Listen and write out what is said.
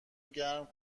گرم